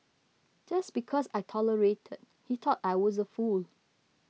just because I tolerated he thought I was a fool